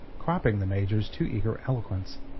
cropping the major's too eager eloquence.